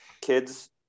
kids